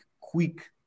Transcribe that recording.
quick